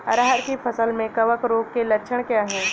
अरहर की फसल में कवक रोग के लक्षण क्या है?